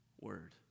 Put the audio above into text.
word